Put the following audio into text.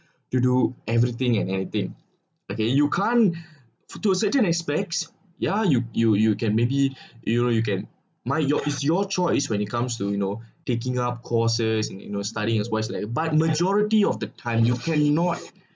you do everything and anything okay you can't for to a certain aspects ya you you you can maybe you know you can my your is your choice when it comes to you know taking up courses and in your studying as wise like a but in the majority of the time you cannot